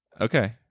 Okay